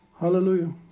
Hallelujah